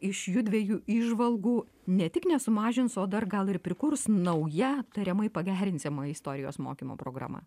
iš judviejų įžvalgų ne tik nesumažins o dar gal ir prikurs nauja tariamai pagerinsima istorijos mokymo programa